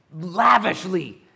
lavishly